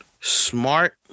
smart